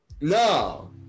No